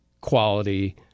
quality